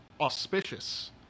auspicious